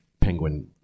penguin